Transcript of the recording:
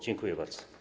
Dziękuję bardzo.